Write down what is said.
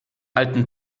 alten